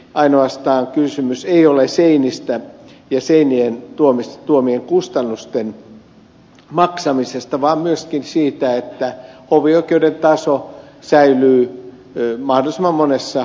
ainoastaan kysymys ei ole seinistä ja seinien tuomien kustannusten maksamisesta vaan myöskin siitä että hovioi keuden taso säilyy mahdollisimman monessa maakunnassa